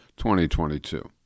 2022